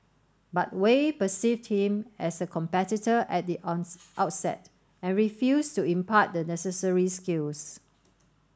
but Wei perceived him as a competitor at the on outset and refused to impart the necessary skills